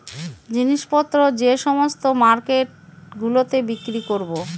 জিনিস পত্র যে সমস্ত মার্কেট গুলোতে বিক্রি করবো